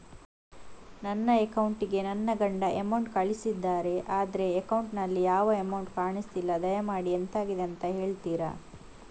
ನನ್ನ ಅಕೌಂಟ್ ಗೆ ನನ್ನ ಗಂಡ ಅಮೌಂಟ್ ಕಳ್ಸಿದ್ದಾರೆ ಆದ್ರೆ ಅಕೌಂಟ್ ನಲ್ಲಿ ಯಾವ ಅಮೌಂಟ್ ಕಾಣಿಸ್ತಿಲ್ಲ ದಯಮಾಡಿ ಎಂತಾಗಿದೆ ಅಂತ ಹೇಳ್ತೀರಾ?